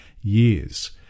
years